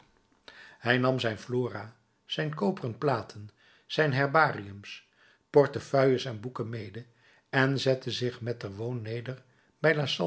hij nam zijn flora zijn koperen platen zijn herbariums portefeuilles en boeken mede en zette zich metterwoon neder